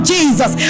Jesus